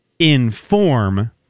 Inform